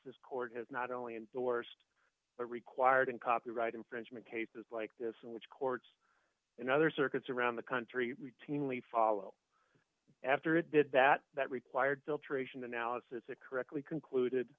this court has not only in the worst are required in copyright infringement cases like this in which courts in other circuits around the country team only follow after it did that that required filtration analysis it correctly concluded